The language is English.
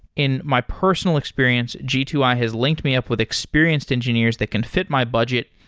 in my personal experience, g two i has linked me up with experienced engineers that can fit my budget,